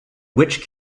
which